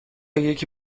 یکی